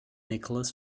nicholas